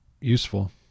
useful